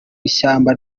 ishyamba